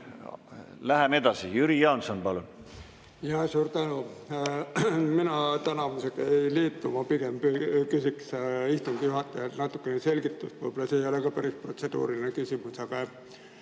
Läheme edasi. Jüri Jaanson, palun! Suur tänu! Mina tänamisga ei liitu, pigem küsiksin istungi juhatajalt natukene selgitust. Võib-olla see ei ole ka päris protseduuriline küsimus, aga